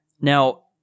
Now